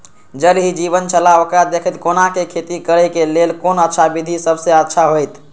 ज़ल ही जीवन छलाह ओकरा देखैत कोना के खेती करे के लेल कोन अच्छा विधि सबसँ अच्छा होयत?